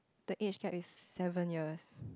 the age gap is seven years